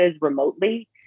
remotely